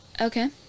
okay